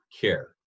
care